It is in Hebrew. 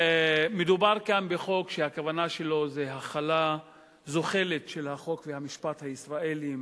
מדובר כאן בחוק שהכוונה שלו זה החלה זוחלת של החוק והמשפט הישראליים